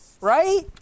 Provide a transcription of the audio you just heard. right